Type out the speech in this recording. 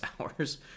hours